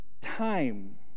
time